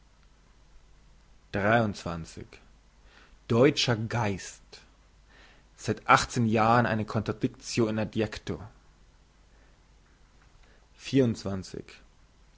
deutscher geist seit achtzehn jahren eine contradictio